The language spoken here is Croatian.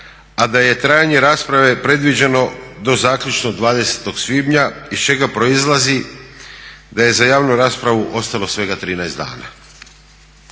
a da je trajanje rasprave predviđeno do zaključno 20.svibnja iz čega proizlazi da je za javnu raspravu ostalo svega 13 dana.